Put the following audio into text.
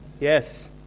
Yes